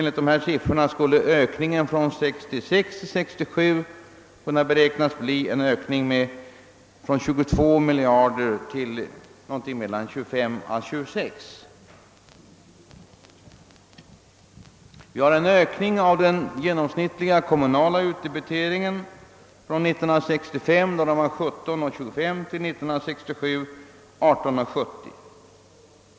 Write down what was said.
Enligt dessa siffror beräknas det från 1966 till 1967 bli en ökning från 22 miljarder till 25 å 26. Den genomsnittliga kommunala utdebiteringen har ökat från 17:25 år 1965 till 18:70 år 1967.